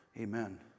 Amen